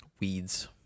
Weeds